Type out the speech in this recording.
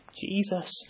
jesus